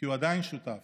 כי הוא עדיין שותף,